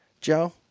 Joe